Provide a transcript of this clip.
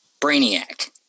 Brainiac